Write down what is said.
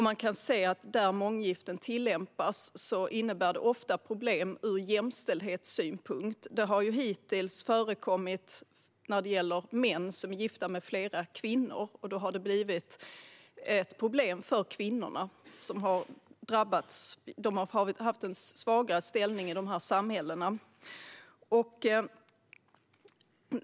Man kan se att där månggifte tillämpas innebär det ofta problem ur jämställdhetssynpunkt. Det har hittills förekommit när det gäller män som är gifta med flera kvinnor, och det har blivit ett problem för kvinnorna som har haft en svagare ställning i de samhällena.